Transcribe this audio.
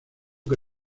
que